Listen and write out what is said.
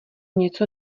něco